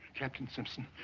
captain simpson.